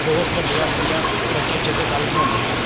ਬਹੁਤ ਵਧੀਆ ਵਧੀਆ ਬੱਚੇ ਚਿੱਤਰਕਾਰੀ ਬਣਾਉਂਦੇ ਹਨ